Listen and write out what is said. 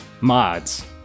mods